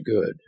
good